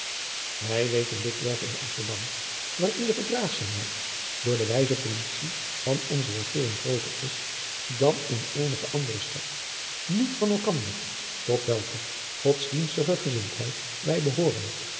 wij weten dikwerf in amsterdam waarin de verdraagzaamheid door de wijze politie van onze regering grooter is dan in eenige andere stad niet van elkander tot welke godsdienstige gezindheid wij behooren